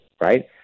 right